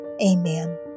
Amen